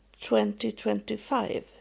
2025